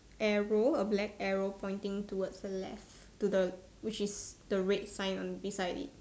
arrow a black arrow pointing towards the left to the which is the red sign on beside it